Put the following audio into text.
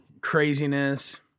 craziness